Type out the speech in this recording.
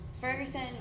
Ferguson